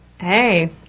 hey